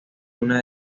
una